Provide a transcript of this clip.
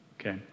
okay